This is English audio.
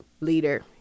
leader